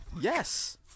Yes